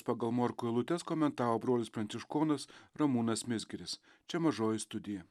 pagal morkų eilutes komentavo brolis pranciškonas ramūnas mizgiris čia mažoji studija